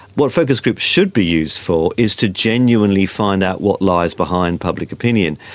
what focus groups should be used for is to genuinely find out what lies behind public opinion,